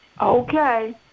Okay